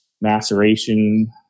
maceration